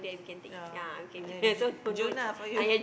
yeah and June ah June for you